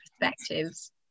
perspectives